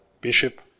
Bishop